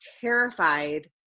terrified